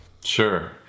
sure